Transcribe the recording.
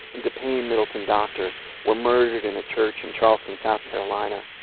and depayne middleton-doctor were murdered in a church in charleston, south carolina.